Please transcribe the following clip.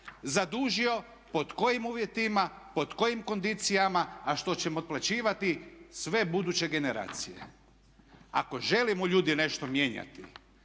zadužio, pod kojim uvjetima, pod kojim kondicijama a što ćemo otplaćivati sve buduće generacije. Ako želimo ljudi nešto mijenjati